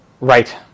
Right